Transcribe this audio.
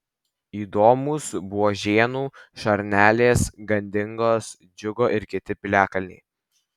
įdomūs buožėnų šarnelės gandingos džiugo ir kiti piliakalniai